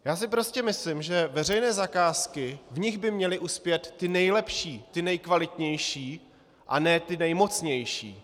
Já si prostě myslím, že veřejné zakázky v nich by měly uspět ty nejlepší, ty nejkvalitnější, a ne ty nejmocnější.